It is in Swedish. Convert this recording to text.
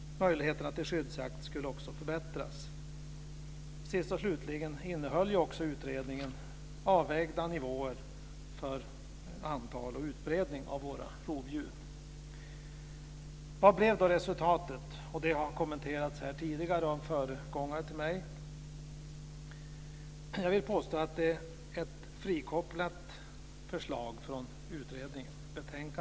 Möjligheterna till skyddsjakt skulle också förbättras. Slutligen innehöll utredningen avvägda nivåer för antal och utbredning av våra rovdjur. Vad blev då resultatet? Detta har kommenterats här tidigare av föregångare till mig. Jag vill påstå att betänkandet är en frikopplad del från utredningen.